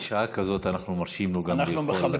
בשעה כזאת אנחנו מרשים לו לאכול,